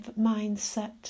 mindset